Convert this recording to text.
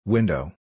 Window